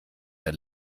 der